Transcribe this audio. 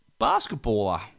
basketballer